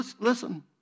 listen